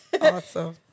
Awesome